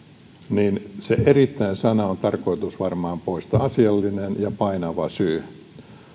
se erittäin sana on tarkoitus varmaankin poistaa jää asiallinen ja painava syy